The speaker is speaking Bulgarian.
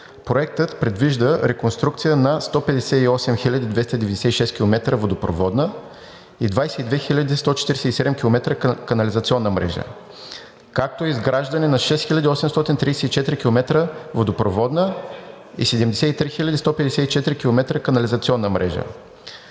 Проектът предвижда реконструкция на 158 хил. 296 км водопроводна и 22 хил. 147 км канализационна мрежа, както и изграждане на 6 хил. 834 км водопроводна и 73 хил. 154 км канализационна мрежа.